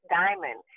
diamond